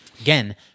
again